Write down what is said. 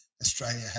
Australia